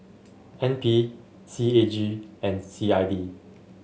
N P C A G and C I D